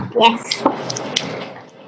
Yes